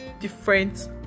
different